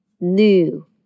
new